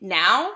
now